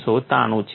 393 છે